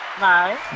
Bye